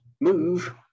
move